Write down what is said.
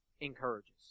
encourages